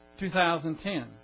2010